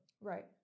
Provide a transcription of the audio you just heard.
Right